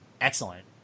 excellent